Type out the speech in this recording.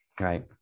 Right